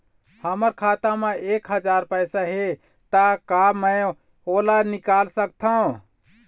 हमर खाता मा एक हजार पैसा हे ता का मैं ओला निकाल सकथव?